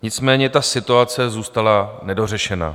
Nicméně ta situace zůstala nedořešena.